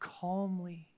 calmly